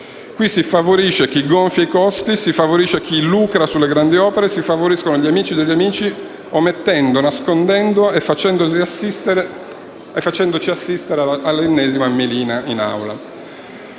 Qui si favorisce chi gonfia i costi, si favorisce chi lucra sulle grandi opere, si favoriscono gli amici degli amici, omettendo, nascondendo e facendoci assistere all'ennesima melina in Aula: